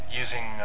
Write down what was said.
using